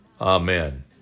Amen